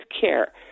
care